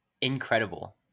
incredible